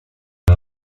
his